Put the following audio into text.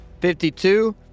52